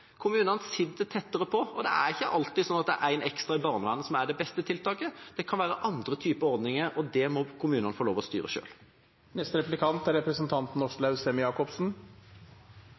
Kommunene sitter tettere på, og det er ikke alltid sånn at det er én ekstra i barnevernet som er det beste tiltaket. Det kan være andre typer ordninger, og det må kommunene få lov til å styre selv. Det er